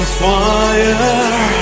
fire